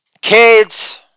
kids